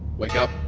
wake up!